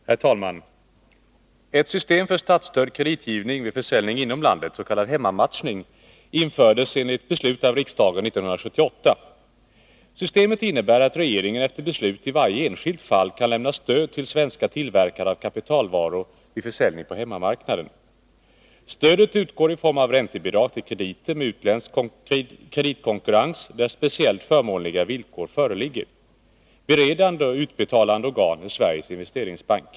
Herr talman! Ett system för statsstödd kreditgivning vid försäljning inom landet, s.k. hemmamatchning, infördes enligt beslut av riksdagen 1978. Systemet innebär att regeringen efter beslut i varje enskilt fall kan lämna stöd till svenska tillverkare av kapitalvaror vid försäljning på hemmamarknaden. Stödet utgår i form av räntebidrag till krediter med utländsk kreditkonkurrens där speciellt förmånliga villkor föreligger. Beredande och utbetalande organ är Sveriges Investeringsbank.